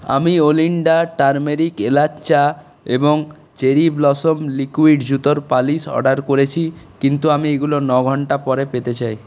আমি Olinda turmeric এলাচ চা এবং চেরি ব্লসম লিকুইড জুতোর পালিশ অর্ডার করেছি কিন্তু আমি এগুলো ন ঘন্টা পরে পেতে চাই